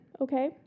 Okay